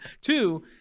Two